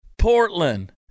Portland